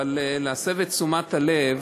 ולהסב את תשומת הלב